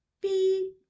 beep